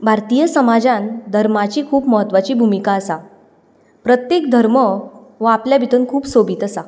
भारतीय समाजांत धर्माची खूब म्हत्वाची भुमिका आसा प्रत्येक धर्म हो आपले भितर खूब सोबीत आसा